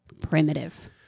Primitive